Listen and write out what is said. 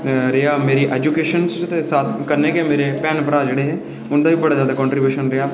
जि'नें मिगी इत्थूं तगर पजाया इस प्लैटफार्म तगर पजाया उं'दा बड़ा गै ज्यादा कांटरीव्यूशन हा ते मेरे भैण भ्राएं दा बी ज्यादा कांटरीव्यूशन रेहा